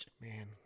man